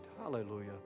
Hallelujah